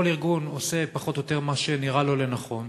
כל ארגון עושה פחות או יותר מה שנראה לו לנכון,